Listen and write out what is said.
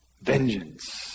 Vengeance